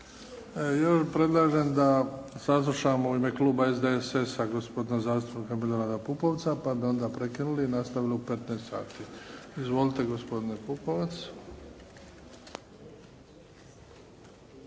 Ja predlažem da saslušamo u ime Kluba SDSS-a gospodina zastupnika Milorada Pupovca, pa bi onda prekinuli i nastavili u 15,00 sati. Izvolite gospodine Pupovac.